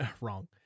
wrong